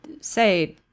say